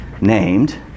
named